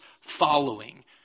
following